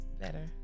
Better